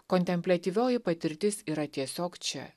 kontempliatyvioji patirtis yra tiesiog čia